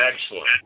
Excellent